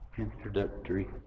introductory